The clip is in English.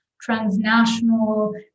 transnational